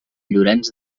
llorenç